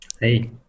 Hey